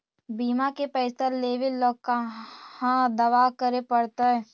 बिमा के पैसा लेबे ल कहा दावा करे पड़तै?